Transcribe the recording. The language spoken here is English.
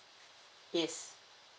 yes